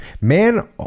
Man